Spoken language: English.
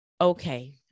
okay